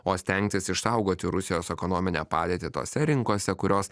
o stengtis išsaugoti rusijos ekonominę padėtį tose rinkose kurios